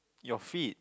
your feet